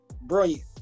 brilliant